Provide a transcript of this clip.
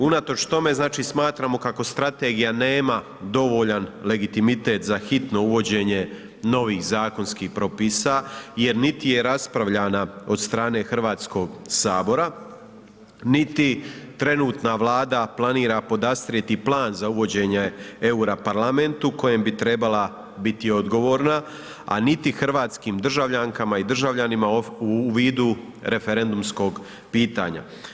Unatoč tome, znači smatramo kako strategija nema dovoljan legitimitet za hitno uvođenje novih zakonskih propisa jer niti je raspravljana od strane Hrvatskog sabora niti trenutna Vlada planira podastrijeti plan za uvođenje eura parlamentu kojem bi trebala biti odgovorna a niti hrvatskim državljankama i državljanima u vidu referendumskog pitanja.